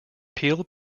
peel